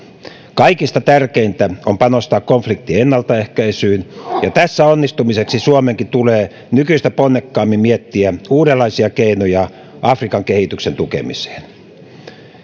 kaikista tärkeintä on panostaa konfliktien ennaltaehkäisyyn ja tässä onnistumiseksi suomenkin tulee nykyistä ponnekkaammin miettiä uudenlaisia keinoja afrikan kehityksen tukemiseen